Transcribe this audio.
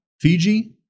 Fiji